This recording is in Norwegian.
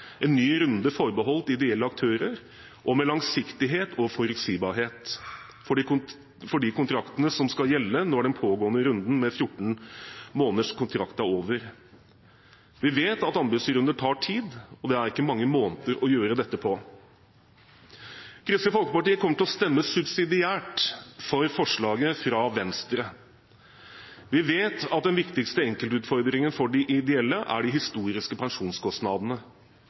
en ny runde forbeholdt ideelle aktører, og med langsiktighet og forutsigbarhet for de kontraktene som skal gjelde når den pågående runden med 14 måneders kontrakt er over. Vi vet at en anbudsrunde tar tid, og det er ikke mange måneder å gjøre dette på. Kristelig Folkeparti kommer til å stemme subsidiært for forslaget fra Venstre. Vi vet at den viktigste enkeltutfordringen for de ideelle er de historiske pensjonskostnadene.